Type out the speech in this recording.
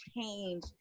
change